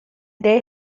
they